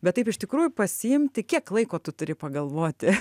bet taip iš tikrųjų pasiimti kiek laiko tu turi pagalvoti